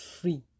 free